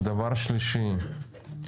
שלישית,